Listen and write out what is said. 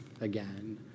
again